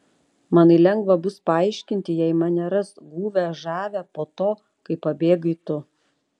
manai lengva bus paaiškinti jei mane ras guvią žavią po to kai pabėgai tu